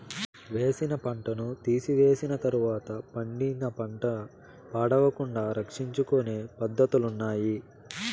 వేసిన పంటను తీసివేసిన తర్వాత పండిన పంట పాడవకుండా సంరక్షించుకొనే పద్ధతులున్నాయి